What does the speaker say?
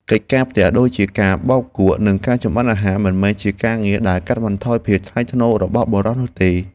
កិច្ចការផ្ទះដូចជាការបោកគក់និងការចម្អិនអាហារមិនមែនជាការងារដែលកាត់បន្ថយភាពថ្លៃថ្នូររបស់បុរសនោះឡើយ។